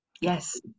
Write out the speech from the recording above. yes